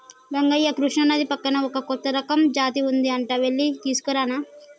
రంగయ్య కృష్ణానది పక్కన ఒక కొత్త రకం జాతి ఉంది అంట వెళ్లి తీసుకురానా